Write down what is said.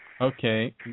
Okay